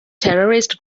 terrorist